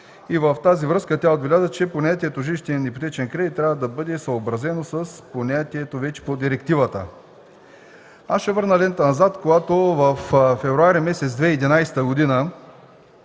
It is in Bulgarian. В тази връзка тя отбеляза, че понятието „жилищен ипотечен кредит” трябва да бъде съобразено с понятието вече по директивата. Аз ще върна лентата назад, когато през месец февруари